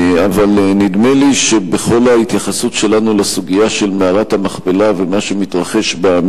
אבל נדמה לי שבכל ההתייחסות שלנו לסוגיה של מערת המכפלה ומה שמתרחש בה,